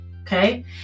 okay